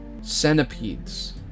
centipedes